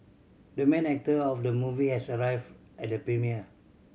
the main actor of the movie has arrived at the premiere